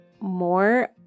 more